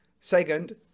Second